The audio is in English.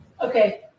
Okay